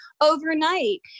overnight